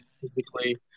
physically